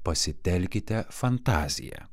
pasitelkite fantaziją